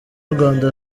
rwanda